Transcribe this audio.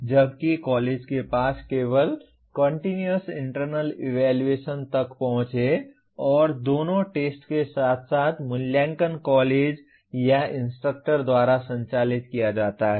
जबकि कॉलेज के पास केवल कंटीन्यूअस इंटरनल इवैल्यूएशन तक पहुंच है और दोनों टेस्ट के साथ साथ मूल्यांकन कॉलेज या इंस्ट्रक्टर द्वारा संचालित किया जाता है